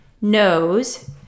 nose